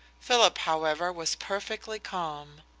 philip, however, was perfectly calm.